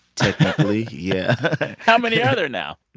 typically yeah how many are there now?